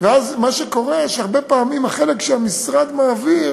אז מה שקורה, שהרבה פעמים החלק שהמשרד מעביר